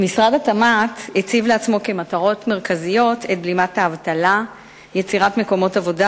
שאמורים לקלוט 2,350 ילדים חדשים וליצור מקומות עבודה